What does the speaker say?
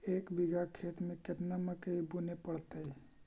एक बिघा खेत में केतना मकई बुने पड़तै?